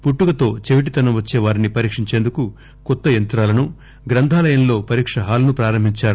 పుట్లుకతో చెవిటితనం వచ్చే వారిని పరీక్షించేందుకు కొత్త యంత్రాలను గ్రంథాలయంలో పరీక్ష హాల్ ను ప్రారంభించారు